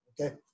okay